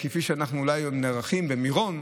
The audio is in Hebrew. כפי שאנחנו אולי עוד נערכים במירון.